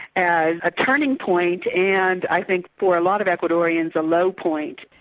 as a turning point, and i think for a lot of ecuadorians a low point.